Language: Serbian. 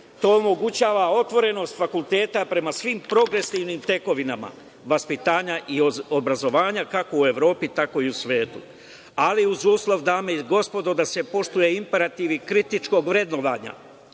To omogućava otvorenost fakulteta prema svim progresivnim tekovinama vaspitanja i obrazovanja, kako u Evropi, tako i u svetu, ali uz uslov da se poštuje imperativ kritičkog vrednovanja